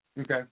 Okay